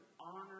honor